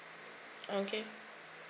okay